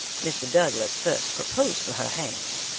mr. douglas first proposed for her hand,